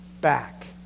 back